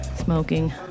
smoking